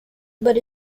but